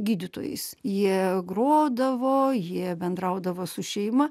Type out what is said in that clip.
gydytojais jie grodavo jie bendraudavo su šeima